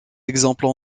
exemples